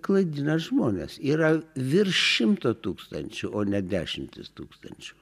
klaidinat žmones yra virš šimto tūkstančių o ne dešimtys tūkstančių